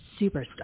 superstar